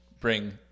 bring